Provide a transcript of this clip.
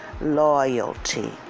loyalty